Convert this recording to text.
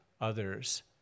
others